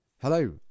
Hello